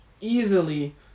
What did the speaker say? easily